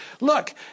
look